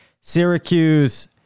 Syracuse